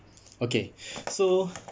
okay so